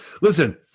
Listen